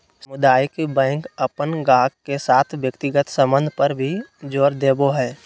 सामुदायिक बैंक अपन गाहक के साथ व्यक्तिगत संबंध पर भी जोर देवो हय